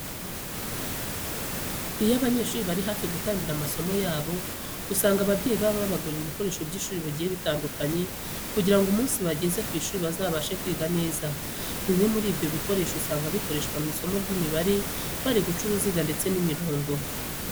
Iyo abanyeshuri bari hafi gutangira amasomo yabo usanga ababyeyi babo babagurira ibikoresho by'ishuri bigiye bitandukanye kugira ngo umunsi bageze ku ishuri bazabashe kwiga neza. Bimwe muri ibyo bikoresho usanga bikoreshwa mu isomo ry'imibare, bari guca uruziga ndetse n'imirongo.